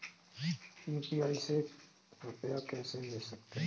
UPI से रुपया कैसे भेज सकते हैं?